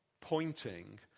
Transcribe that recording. pointing